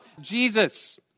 Jesus